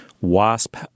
wasp